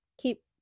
keep